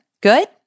Good